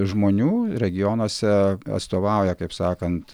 žmonių regionuose atstovauja kaip sakant